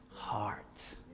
heart